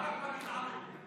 החמרה,